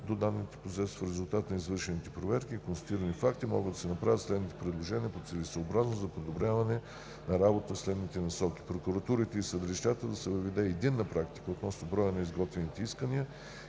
до данните по ЗЕС. В резултат на извършените проверки и констатираните факти могат да се направят предложения по целесъобразност за подобряване на работата в следните насоки: 1. В прокуратурите и съдилищата да се въведе единна практика относно броя на изготвяните искания